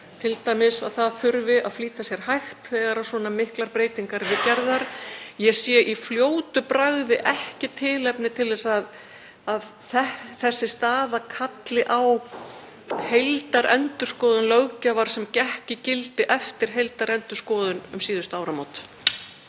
t.d. að það þurfi að flýta sér hægt þegar svona miklar breytingar eru gerðar. Ég sé í fljótu bragði ekki tilefni til þess að þessi staða kalli á heildarendurskoðun löggjafar sem gekk í gildi eftir heildarendurskoðun um síðustu áramót.